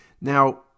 Now